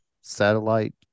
satellite